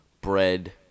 bread